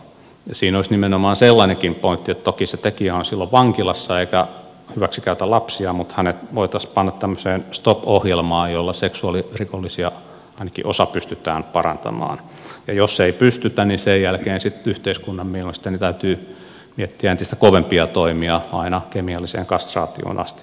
siinä olisi nimenomaan sellainenkin pointti että toki se tekijä on silloin vankilassa eikä hyväksikäytä lapsia mutta hänet voitaisiin panna tämmöiseen stop ohjelmaan jolla seksuaalirikollisia ainakin osa pystytään parantamaan ja jos ei pystytä niin sen jälkeen sitten yhteiskunnan mielestäni täytyy miettiä entistä kovempia toimia aina kemialliseen kastraatioon asti mutta se on toinen juttu